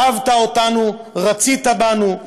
אהבת אותנו ורצית בנו,